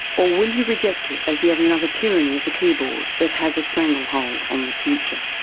or will you reject it as yet another tyranny of the keyboard that has a strangle hold on the future?